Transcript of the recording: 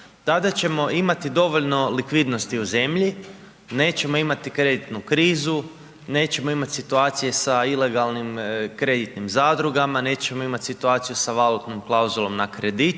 tada ćemo imati dovoljno likvidnosti u zemlji, nećemo imati kreditnu krizu, nećemo imati situacije sa ilegalnim kreditnim zadrugama, nećemo imati situaciju sa valutnom klauzulom na kredite